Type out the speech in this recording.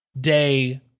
day